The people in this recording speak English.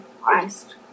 Christ